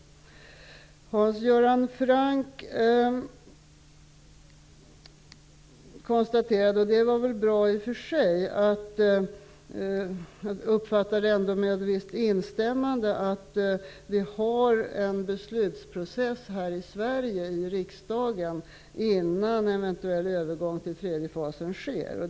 Jag konstaterar med ett visst instämmmande i det Hans Göran Franck sade, att vi skall ha här i Sverige en beslutsprocess i riksdagen innan en eventuell övergång till tredje fasen sker.